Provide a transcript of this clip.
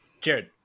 Jared